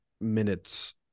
minutes